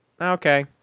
Okay